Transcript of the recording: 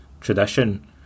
tradition